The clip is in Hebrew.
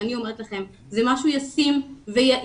אני אומרת לכם שזה משהו ישים ויעיל,